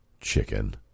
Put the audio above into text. Chicken